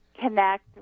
connect